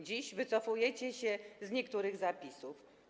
Dziś wycofujecie się z niektórych zapisów.